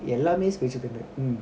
எல்லாமே:ellame specific~